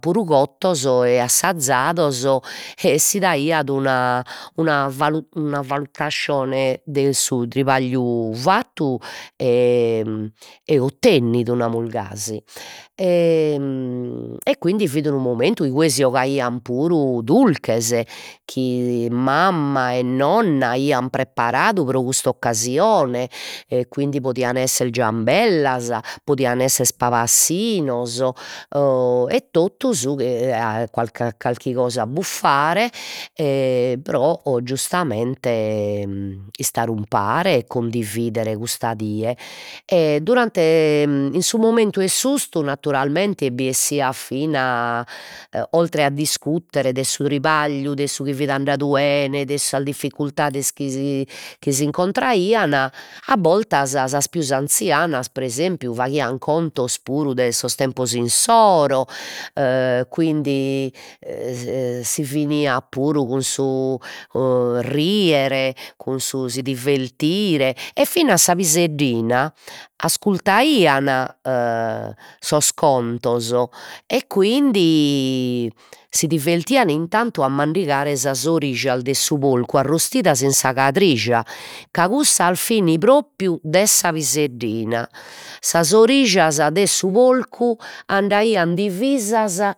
Puru cottos e assazados e si daiat una una una valutassione de su trabagliu fattu e e ottennidu, namus gasi e e quindi fit unu momentu inue si 'ogaian puru durches chi mamma e nonna aian preparadu pro cust'occasione e quindi podian esser ciambellas, podian esser pabassinos o e totu su carchi cosa a buffare, e pro giustamente istare umpare e cundividere custa die e durante in su momentu 'e s''ustu naturalmente bi essiat fina e oltre a discutere de su tribagliu, de su chi fit andadu 'ene, de sas difficultades chi si chi s'incontraian, a boltas sas pius anzianas pre esempiu faghian contos puru de sos tempos issoro quindi si finiat puru cun su o rier cun su si divertire e fina sa piseddina ascultaian sos contos e quindi si divertian intantu a mandigare sas orijas de su porcu arrustidas in sa cadrija, ca cussas fin propriu de sa piseddina, sas orijas de su porcu andaian divisas